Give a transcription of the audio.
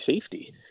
safety